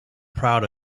proud